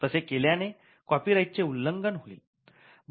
तसे केल्याने कॉपीराईटचे उल्लंघन होईल